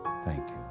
thank